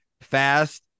fast